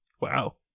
Wow